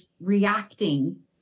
reacting